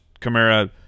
Kamara